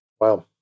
Wow